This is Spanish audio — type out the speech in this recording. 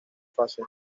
fase